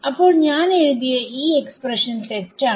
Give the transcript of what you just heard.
അപ്പോൾ ഞാൻ എഴുതിയ ഈ എക്സ്പ്രഷൻതെറ്റാണ്